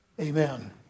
Amen